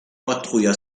patrouilles